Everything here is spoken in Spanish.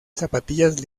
zapatillas